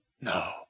No